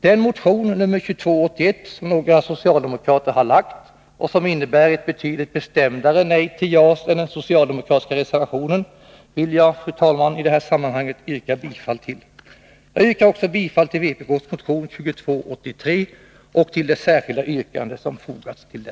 Den motion, nr 2281, som några socialdemokrater har väckt och som innebär ett betydligt bestämdare nej till JAS än den socialdemokratiska reservationen vill jag, fru talman, i det här sammanhanget yrka bifall till. Jag yrkar också bifall till vpk:s motion 2283 och hemställer om bifall till följande yrkande: